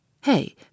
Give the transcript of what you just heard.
Hey